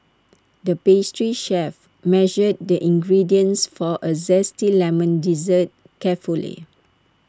the pastry chef measured the ingredients for A Zesty Lemon Dessert carefully